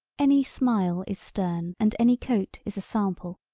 any smile is stern and any coat is a sample.